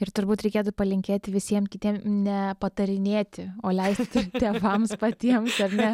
ir turbūt reikėtų palinkėti visiem kitiem ne patarinėti o leisti tėvams patiems ar ne